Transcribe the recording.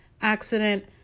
accident